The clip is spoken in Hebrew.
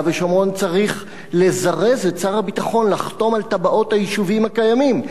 ושומרון צריך לזרז את שר הביטחון לחתום על תב"עות היישובים הקיימים,